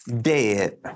dead